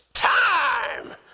time